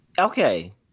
Okay